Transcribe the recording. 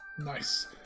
Nice